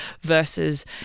versus